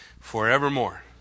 Forevermore